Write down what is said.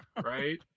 Right